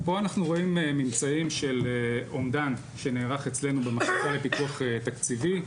פה אנחנו רואים ממצאים של אומדן שנערך אצלנו במחלקה לפיתוח תקציבי,